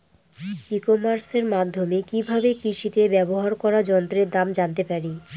ই কমার্সের মাধ্যমে কি ভাবে কৃষিতে ব্যবহার করা যন্ত্রের দাম জানতে পারি?